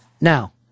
Now